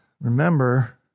remember